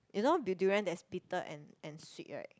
you know the durian there's bitter and and sweet [right]